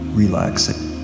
relaxing